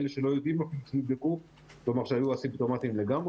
שהסמכויות יירדו יותר קרוב לשטח,